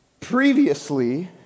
Previously